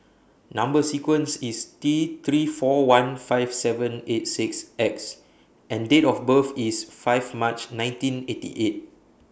Number sequence IS T three four one five seven eight six X and Date of birth IS five March nineteen eighty eight